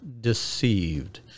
deceived